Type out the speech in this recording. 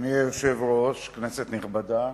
אדוני היושב-ראש, כנסת נכבדה,